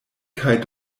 kaj